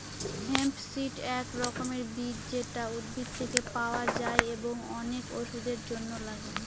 hemp seed এক রকমের বীজ যেটা উদ্ভিদ থেকে পাওয়া যায় এবং অনেক ওষুধের জন্য লাগে